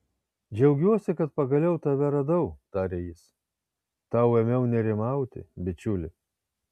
džiaugiuosi kad pagaliau tave radau tarė jis tau ėmiau nerimauti bičiuli